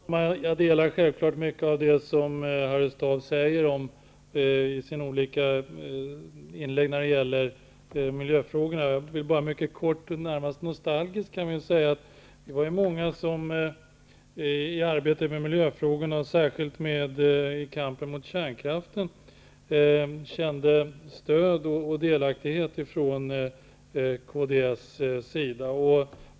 Fru talman! Jag delar självfallet mycket av det som Harry Staaf säger i sina olika inlägg om miljöfrågorna. Låt mig bara mycket kort, närmast nostalgiskt, säga att vi var ju många som i arbetet med miljöfrågorna och särskilt i kampen mot kärnkraften, kände stöd och delaktighet från Kds.